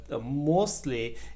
mostly